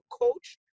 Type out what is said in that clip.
coach